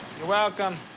you're welcome.